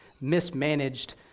mismanaged